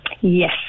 Yes